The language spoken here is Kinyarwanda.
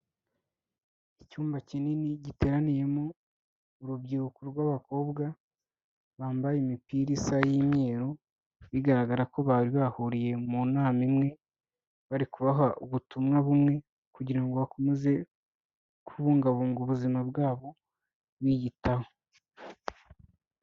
Icyumba kinini giteraniyemo urubyiruko rw'abakobwa, bambaye imipira isa y'imyeru, bigaragara ko bari bahuriye mu nama imwe, bari kubaha ubutumwa bumwe, kugira ngo bakomeze kubungabunga ubuzima bwabo biyitaho.